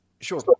Sure